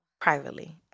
privately